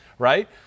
Right